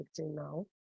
now